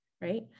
right